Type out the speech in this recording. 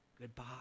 goodbye